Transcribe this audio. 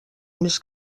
més